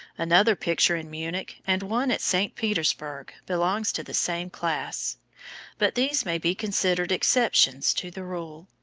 another picture in munich, and one at st. petersburg, belong to the same class but these may be considered exceptions to the rule.